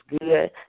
good